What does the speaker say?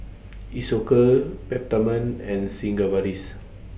Isocal Peptamen and Sigvaris